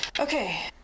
Okay